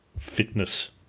fitness